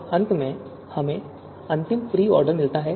और अंत में हमें अंतिम प्री ऑर्डर मिलता है